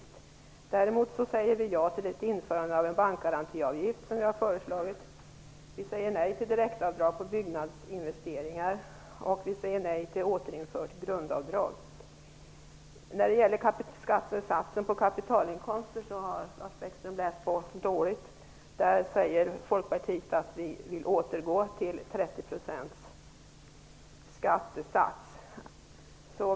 Däremot säger vi ja till ett införande av en bankgarantiavgift, vilket vi har föreslagit. Vi säger nej till direktavdrag för byggnadsinvesteringar, och vi säger nej till ett återinfört grundavdrag. När det gäller skattesatsen på kapitalinkomster har Lars Bäckström läst på dåligt. Vi folkpartister säger att vi vill återgå till en 30-procentig skattesats.